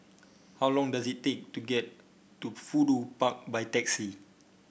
how long does it take to get to Fudu Park by taxi